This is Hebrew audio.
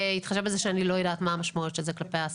בהתחשב בזה שאני לא יודע מה המשמעויות של זה כלפי העסקים.